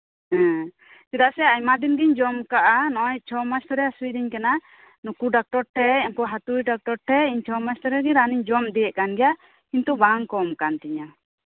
ᱦᱮᱸ ᱪᱮᱫᱟᱜ ᱥᱮ ᱟᱭᱢᱟ ᱫᱤᱱ ᱜᱤᱧ ᱡᱚᱢ ᱠᱟᱜᱼᱟ ᱱᱚᱜᱼᱚᱭ ᱪᱷᱚᱢᱟᱥ ᱫᱷᱚᱨᱮ ᱦᱟᱹᱥᱩᱧ ᱠᱟᱱᱟ ᱩᱱᱠᱩ ᱰᱟᱠᱛᱟᱨ ᱴᱷᱮᱡ ᱦᱟᱹᱛᱩᱲᱤ ᱰᱟᱠᱛᱟᱨ ᱴᱷᱮᱡ ᱪᱷᱚ ᱢᱟᱥ ᱫᱷᱚᱨᱮ ᱜᱮ ᱨᱟᱱᱤᱧ ᱡᱚᱢ ᱤᱫᱤᱭᱮᱜ ᱠᱟᱱ ᱛᱟᱸᱦᱮᱱ ᱜᱮᱭᱟ ᱠᱤᱱᱛᱩ ᱵᱟᱝ ᱠᱚᱢ ᱠᱟᱱ ᱛᱤᱧᱟ